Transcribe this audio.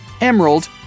Emerald